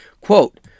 Quote